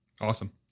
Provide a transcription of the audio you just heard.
Awesome